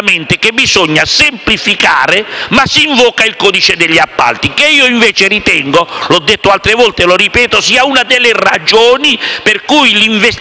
che bisogna semplificare, ma si invoca il codice degli appalti, che io invece - l'ho detto più volte e lo ripeto - ritengo sia una delle ragioni per cui l'appostazione